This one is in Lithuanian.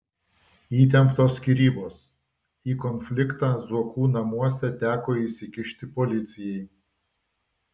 įtemptos skyrybos į konfliktą zuokų namuose teko įsikišti policijai